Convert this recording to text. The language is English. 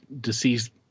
deceased